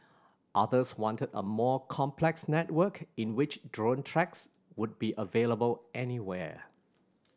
others wanted a more complex network in which drone tracks would be available anywhere